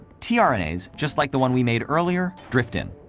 trnas, just like the one we made earlier, drift in.